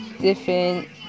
different